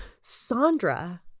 Sandra